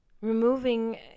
Removing